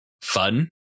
fun